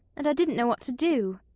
and i didn't know what to do.